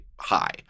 high